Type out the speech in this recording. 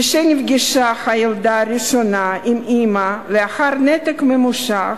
כשנפגשה הילדה לראשונה עם אמה, לאחר נתק ממושך,